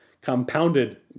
compounded